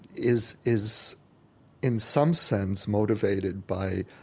is is in some sense motivated by,